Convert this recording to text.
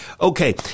okay